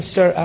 Sir